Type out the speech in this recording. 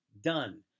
done